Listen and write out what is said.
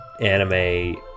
anime